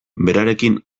berarekin